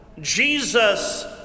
Jesus